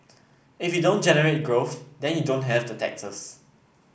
if you don't generate growth then you don't have the taxes